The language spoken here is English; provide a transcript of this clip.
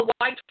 white